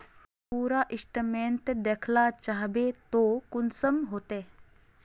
पूरा स्टेटमेंट देखला चाहबे तो कुंसम होते?